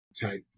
type